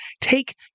take